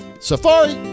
Safari